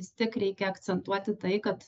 vis tiek reikia akcentuoti tai kad